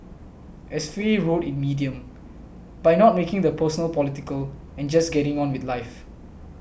as Faye wrote in Medium by not making the personal political and just getting on with life